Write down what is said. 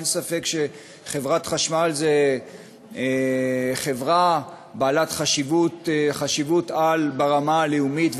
אין ספק שחברת חשמל היא חברה בעלת חשיבות-על ברמת הלאומית,